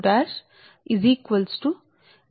4605 equal to 0